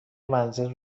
منزل